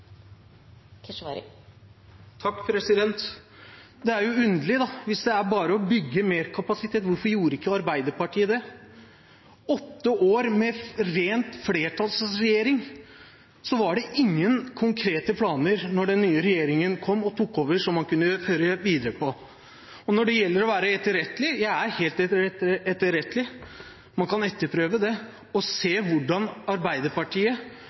Keshvari har hatt ordet to ganger tidligere og får ordet til en kort merknad, begrenset til 1 minutt. Det er jo underlig da – hvis det bare er å bygge mer kapasitet, hvorfor gjorde ikke Arbeiderpartiet det? Åtte år med ren flertallsregjering, og så var det ingen konkrete planer da den nye regjeringen kom og tok over som man kunne føre videre. Når det gjelder å være etterrettelig: Jeg er helt etterrettelig. Man kan etterprøve det og